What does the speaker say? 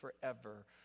forever